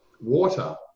water